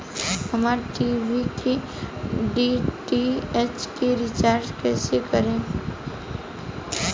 हमार टी.वी के डी.टी.एच के रीचार्ज कईसे करेम?